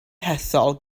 hethol